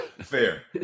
Fair